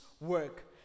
work